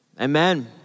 Amen